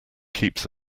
keeps